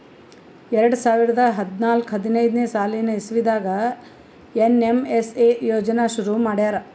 ಎರಡ ಸಾವಿರದ್ ಹದ್ನಾಲ್ಕ್ ಹದಿನೈದ್ ಸಾಲಿನ್ ಇಸವಿದಾಗ್ ಏನ್.ಎಮ್.ಎಸ್.ಎ ಯೋಜನಾ ಶುರು ಮಾಡ್ಯಾರ್